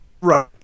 Right